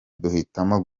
duhitamo